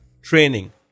training